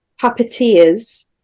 puppeteers